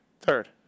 Third